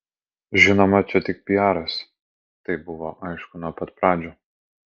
žinoma čia tik piaras tai buvo aišku nuo pat pradžių